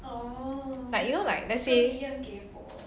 oh like you know like let's say